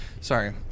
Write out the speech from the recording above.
sorry